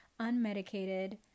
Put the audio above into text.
unmedicated